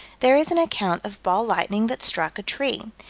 there is an account of ball lightning that struck a tree.